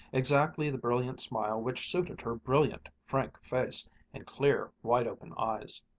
exactly the brilliant smile which suited her brilliant, frank face and clear, wide-open eyes.